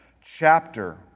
chapter